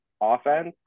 offense